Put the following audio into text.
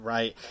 Right